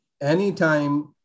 anytime